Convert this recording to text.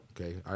Okay